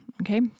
Okay